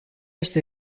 este